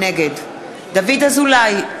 נגד דוד אזולאי,